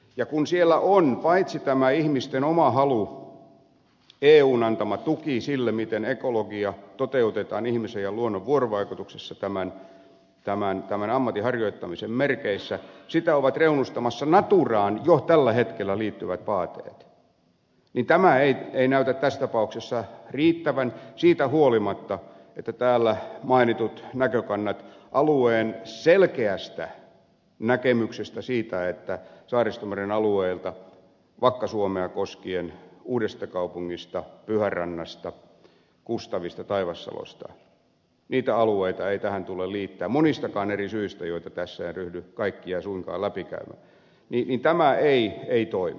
ja kun siellä on paitsi tämä ihmisten oma halu eun antama tuki sille miten ekologia toteutetaan ihmisen ja luonnon vuorovaikutuksessa tämän ammatin harjoittamisen merkeissä ja sitä ovat reunustamassa naturaan jo tällä hetkellä liittyvät vaateet niin tämä ei näytä tässä tapauksessa riittävän siitä huolimatta että täällä mainitut näkökannat alueen selkeästä näkemyksestä siitä että saaristomeren alueita vakka suomea koskien uuttakaupunkia pyhärantaa kustavia taivassaloa ei tähän tule liittää monistakaan eri syistä joita tässä en ryhdy kaikkia suinkaan läpikäymään tämä ei toimi